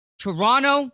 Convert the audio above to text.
Toronto